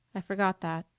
i forgot that.